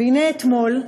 והנה, אתמול,